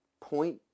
point